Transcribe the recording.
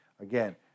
Again